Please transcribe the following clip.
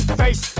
face